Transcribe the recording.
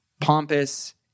pompous